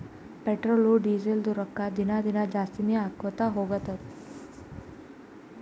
petrol, ಡೀಸೆಲ್ದು ರೊಕ್ಕಾ ದಿನಾ ದಿನಾ ಜಾಸ್ತಿನೇ ಆಕೊತ್ತು ಹೊಲತ್ತುದ್